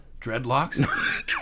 Dreadlocks